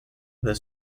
the